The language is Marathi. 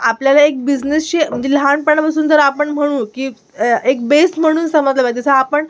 आपल्याला एक बिजनेसची म्हणजे लहानपणापासून जर आपण म्हणू की एक बेस म्हणून समजला जसं आपण